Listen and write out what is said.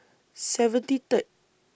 seventy Third